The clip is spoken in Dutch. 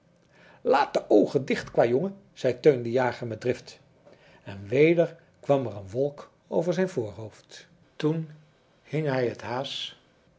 laat de oogen dicht kwajongen zei teun de jager met drift en weder kwam er een wolk over zijn voorhoofd toen hing hij het haas